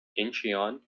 incheon